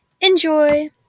Enjoy